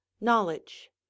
Knowledge